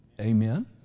Amen